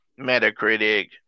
Metacritic